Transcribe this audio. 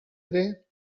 ere